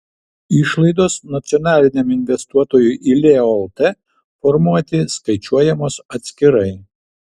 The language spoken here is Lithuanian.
išlaidos nacionaliniam investuotojui į leo lt formuoti skaičiuojamos atskirai